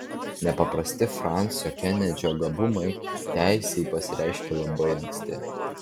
nepaprasti fransio kenedžio gabumai teisei pasireiškė labai anksti